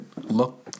look